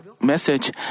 message